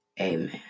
amen